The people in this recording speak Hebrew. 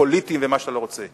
הפוליטיים ומה שאתה לא רוצה.